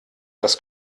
das